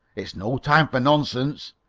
it's no time for nonsense,